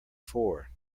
four